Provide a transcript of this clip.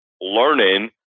learning